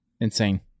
insane